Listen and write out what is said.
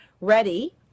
ready